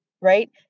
right